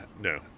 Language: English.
no